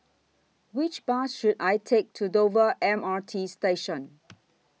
Which Bus should I Take to Dover M R T Station